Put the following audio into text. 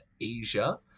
Asia